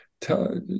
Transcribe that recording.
Tell